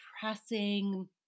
pressing